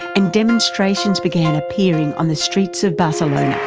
and demonstrations began appearing on the streets of barcelona.